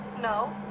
No